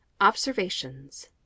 OBSERVATIONS